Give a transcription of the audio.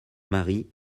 mari